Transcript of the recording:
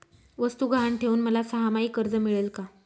वस्तू गहाण ठेवून मला सहामाही कर्ज मिळेल का?